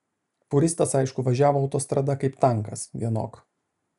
fūristas aišku važiavo autostrada kaip tankas vienok